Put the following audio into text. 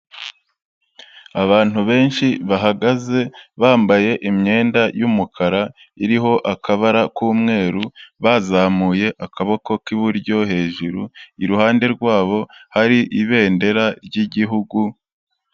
Abantu benshi bahagaze bambaye imyenda y'umukara iriho akabara k'umweru bazamuye akaboko k'iburyo hejuru, iruhande rwabo hari ibendera ry'igihugu...